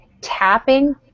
tapping